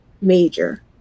major